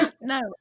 No